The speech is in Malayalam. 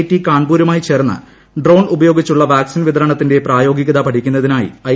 ടി കാൺപൂറുമായി ചേർന്ന് ഡ്രോൺ ഉപയോഗിച്ചുള്ള വാക്സിൻ വിതരണത്തിന്റെ പ്രായോഗികത പഠിക്കുന്നതിനായി ഐ